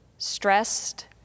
stressed